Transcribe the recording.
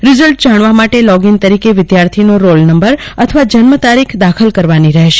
result જાણવા માટે login તરીકે વિદ્યાર્થીનો રોલનંબર અથવા જન્મતારીખ દાખલ કરવાની રહેશે